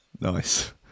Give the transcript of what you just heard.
Nice